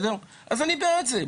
אני בעד זה.